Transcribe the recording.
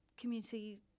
community